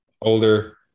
older